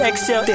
Excel